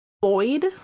void